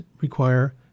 require